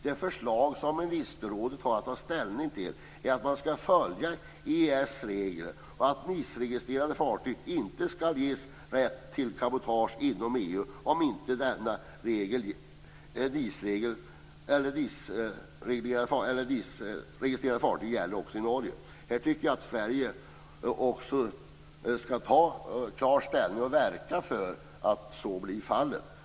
Det förslag som ministerrådet har att ta ställning till är att man skall följa EES-reglerna och att NIS-registrerade fartyg inte skall ges rätt till cabotage inom EU om inte denna regel gäller NIS registrerade fartyg också i Norge. Här tycker jag att Sverige skall ta klar ställning och verka för att så blir fallet.